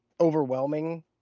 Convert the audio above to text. overwhelming